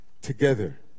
together